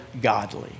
godly